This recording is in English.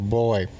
boy